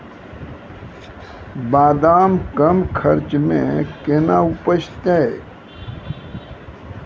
बादाम कम खर्च मे कैना उपजते?